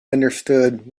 understood